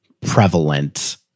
prevalent